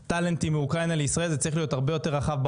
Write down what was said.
ברור שברגע שהכניסה תהיה קלה יותר וחלקה יותר,